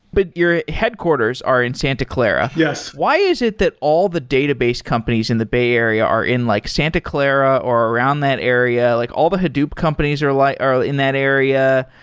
but your headquarters are in santa clara. yes. why is it that all the database companies in the bay area are in like santa clara or around that area? like all the hadoop companies are like are in that area,